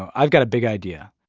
i've got a big idea.